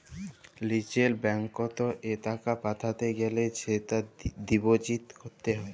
লিজের ব্যাঙ্কত এ টাকা পাঠাতে গ্যালে সেটা ডিপোজিট ক্যরত হ্য়